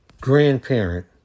grandparent